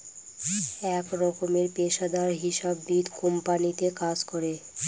এক রকমের পেশাদার হিসাববিদ কোম্পানিতে কাজ করে